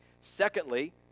secondly